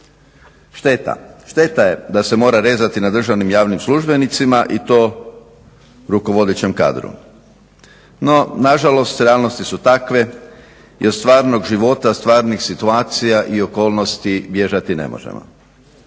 šteta je da se mora rezati na državnim javnim službenicima i to rukovodećem kadru. No nažalost realnosti su takve i od stvarnog života, stvarnih situacija i okolnosti bježati ne možemo.